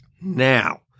Now